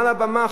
מעל הבמה,